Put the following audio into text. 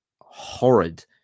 horrid